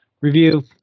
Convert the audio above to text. review